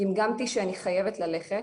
גמגמתי שאני חייבת ללכת,